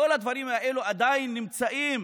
כל הדברים האלה עדיין נמצאים